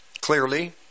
clearly